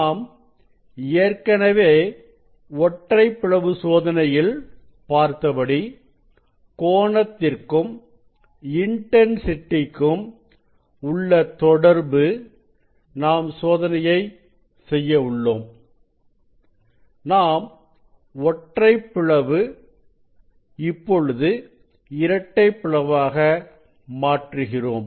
நாம் ஏற்கனவே ஒற்றைப் பிளவு சோதனையில் பார்த்தபடி கோணத்திற்கும் இன்டன்சிட்டிக்கும் உள்ள தொடர்பு படி நாம் சோதனையை செய்ய உள்ளோம் நாம் ஒற்றைப் பிளவை இப்பொழுது இரட்டைப் பிளவாக மாற்றுகிறோம்